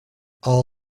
all